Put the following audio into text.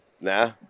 Nah